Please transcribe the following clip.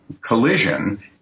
collision